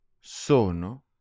Sono